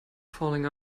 falling